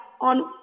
on